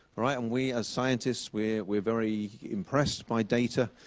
right? and we as scientists, we're we're very impressed by data.